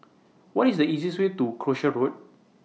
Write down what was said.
What IS The easiest Way to Croucher Road